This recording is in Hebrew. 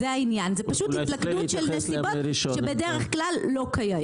זאת פשוט התלכדות של נסיבות שבדרך כלל לא קיימות.